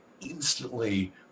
instantly